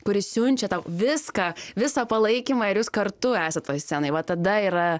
kuri siunčia tau viską visą palaikymą ir jūs kartu esat scenoj va tada yra